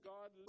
God